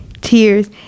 tears